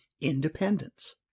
independence